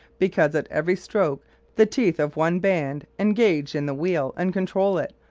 because at every stroke the teeth of one band engage in the wheel and control it,